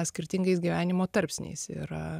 skirtingais gyvenimo tarpsniais ir